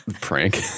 prank